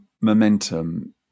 momentum